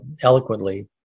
eloquently